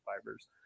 fibers